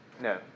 No